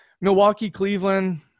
Milwaukee-Cleveland